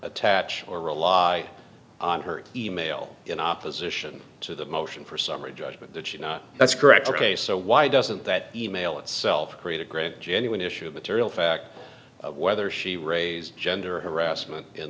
attach or rely on her e mail in opposition to the motion for summary judgment that she not that's correct ok so why doesn't that e mail itself create a great genuine issue of material fact of whether she raised gender harassment in